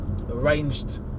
arranged